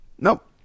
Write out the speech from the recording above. nope